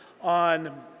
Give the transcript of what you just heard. on